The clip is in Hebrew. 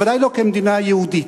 בוודאי לא כמדינה יהודית.